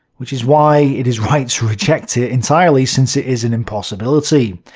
which is why it is right to reject it entirely, since it is an impossibility.